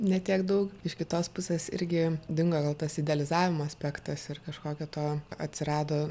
ne tiek daug iš kitos pusės irgi dingo gal tas idealizavimo aspektas ir kažkokio to atsirado